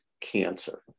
cancer